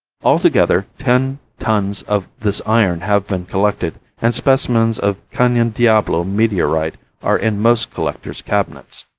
altogether ten tons of this iron have been collected, and specimens of canyon diablo meteorite are in most collectors' cabinets.